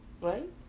Right